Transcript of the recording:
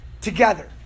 together